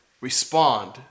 respond